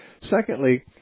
Secondly